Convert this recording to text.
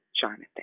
Jonathan